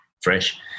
fresh